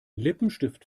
lippenstift